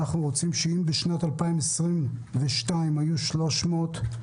אנחנו רוצים שאם בשנת 2022 היו 351